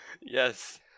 Yes